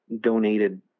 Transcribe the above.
donated